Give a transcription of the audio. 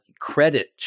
credit